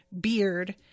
beard